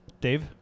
Dave